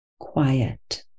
quiet